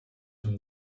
from